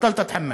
תודה רבה.